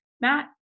Matt